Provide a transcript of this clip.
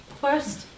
First